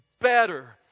Better